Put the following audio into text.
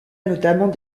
notamment